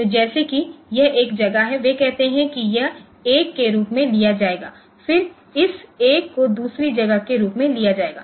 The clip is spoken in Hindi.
तो जैसे कि यह एक जगह है वे कहते हैं कि यह 1 के रूप में लिया जाएगा फिर इस एक को दूसरी जगह के रूप में लिया जाएगा